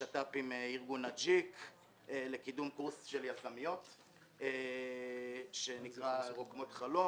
יש שת"פים עם ארגון ה-G לקידום קורס של יזמיות שנקרא רוקמות חלום.